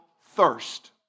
thirst